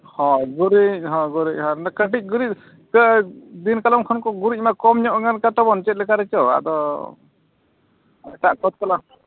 ᱦᱚᱭ ᱜᱩᱨᱤᱡ ᱦᱚᱭ ᱚᱱᱟ ᱠᱟᱹᱴᱤᱡ ᱜᱩᱨᱤᱡ ᱥᱮ ᱫᱤᱱᱠᱟᱞᱚᱢ ᱠᱷᱚᱱ ᱜᱤᱩᱨᱤᱡ ᱢᱟ ᱠᱚᱢ ᱧᱚᱜ ᱜᱟᱱ ᱠᱟᱛᱮᱫ ᱵᱚᱱ ᱪᱮᱫ ᱞᱮᱠᱟ ᱨᱮᱪᱚ ᱟᱫᱚ ᱮᱴᱟᱜ ᱠᱷᱚᱡᱽ ᱛᱚᱞᱟᱥ